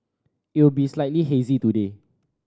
it will be slightly hazy today